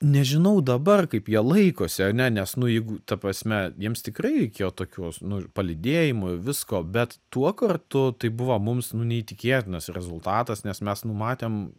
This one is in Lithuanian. nežinau dabar kaip jie laikosi ane nes nu jeigu ta prasme jiems tikrai reikėjo tokių nu palydėjimų ir visko bet tuo kartu tai buvo mums nu neįtikėtinas rezultatas nes mes numatėm